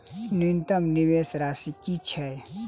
न्यूनतम निवेश राशि की छई?